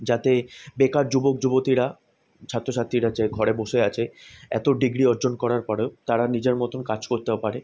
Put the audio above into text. যাতে বেকার যুবক যুবতীরা ছাত্র ছাত্রীরা যে ঘরে বসে আছে এতো ডিগ্রি অর্জন করার পরেও তারা নিজের মতন কাজ করতেও পারে